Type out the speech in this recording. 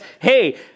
Hey